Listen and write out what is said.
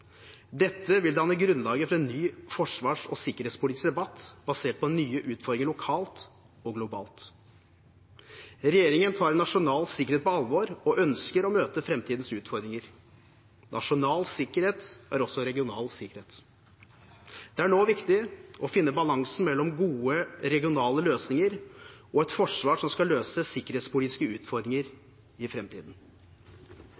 Dette vil danne grunnlaget for en ny forsvars- og sikkerhetspolitisk debatt basert på nye utfordringer lokalt og globalt. Regjeringen tar nasjonal sikkerhet på alvor og ønsker å møte framtidens utfordringer. Nasjonal sikkerhet er også regional sikkerhet. Det er nå viktig å finne balansen mellom gode regionale løsninger og et forsvar som skal løse sikkerhetspolitiske utfordringer i